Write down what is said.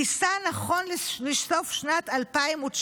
כיסה נכון לסוף שנת 2019